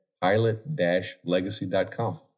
Pilot-Legacy.com